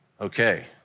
Okay